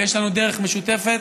ויש לנו דרך משותפת,